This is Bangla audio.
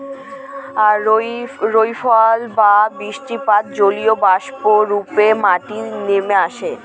রেইনফল বা বৃষ্টিপাত জলীয়বাষ্প রূপে মাটিতে নেমে আসে